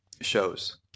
shows